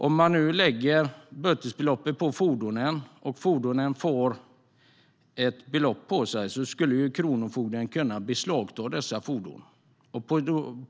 Om man lägger bötesbeloppet på fordonen skulle kronofogden kunna beslagta dessa fordon.